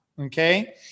okay